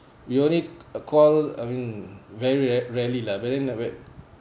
we only need a call I mean very rare rarely lah very not